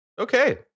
Okay